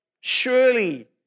Surely